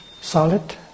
solid